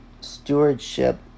stewardship